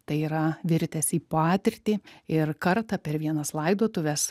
tai yra virtęs į patirtį ir kartą per vienas laidotuves